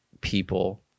people